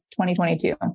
2022